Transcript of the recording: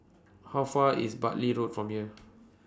How Far IS Bartley Road from here